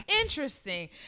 interesting